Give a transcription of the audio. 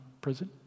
prison